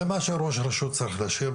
זה מה שראש רשות צריך לאשר,